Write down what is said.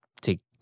take